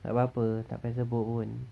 takde apa-apa tak payah sebut pun